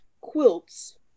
quilts